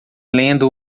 lendo